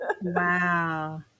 Wow